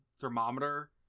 thermometer